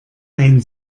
ein